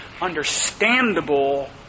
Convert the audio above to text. understandable